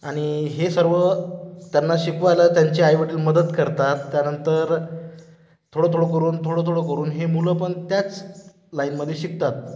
आणि हे सर्व त्यांना शिकवायला त्यांचे आईवडील मदत करतात त्यानंतर थोडं थोडं करून थोडं थोडं करून हे मुलं पण हे त्याच लाईनमध्ये शिकतात